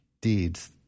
deeds